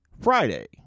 Friday